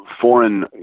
Foreign